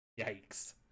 Yikes